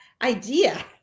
idea